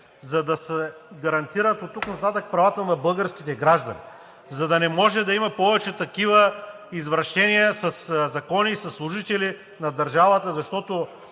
за да се гарантират оттук нататък правата на българските граждани, за да не може да има повече такива извращения със закони и със служители на държавата, защото